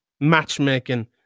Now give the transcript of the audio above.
matchmaking